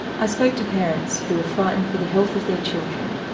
i spoke to parents who were frightened for the health of their children,